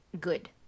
good